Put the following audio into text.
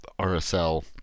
RSL